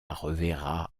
reverra